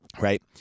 right